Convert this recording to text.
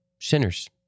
sinners